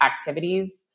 activities